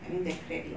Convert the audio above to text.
I mean the credit